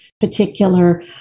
particular